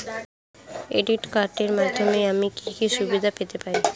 Credit কার্ডের মাধ্যমে আমি কি কি সুবিধা পেতে পারি?